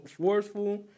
forceful